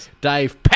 Dave